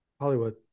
hollywood